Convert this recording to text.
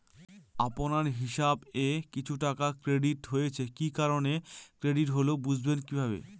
আপনার হিসাব এ কিছু টাকা ক্রেডিট হয়েছে কি কারণে ক্রেডিট হল বুঝবেন কিভাবে?